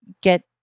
get